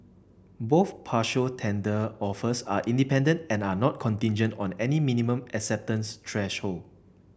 both partial tender offers are independent and are not contingent on any minimum acceptance threshold